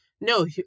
No